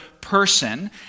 person